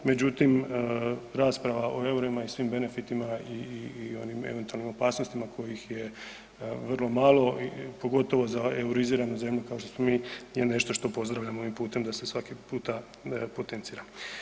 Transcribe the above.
Međutim, rasprava o eurima i svim benefitima i onim eventualnim opasnostima kojih je vrlo malo, pogotovo za euriziranu zemlju kao što smo mi je nešto što pozdravljamo ... da se svaki puta potencira.